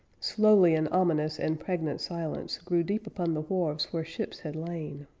slowly an ominous and pregnant silence grew deep upon the wharves where ships had lain.